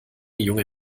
junge